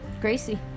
Gracie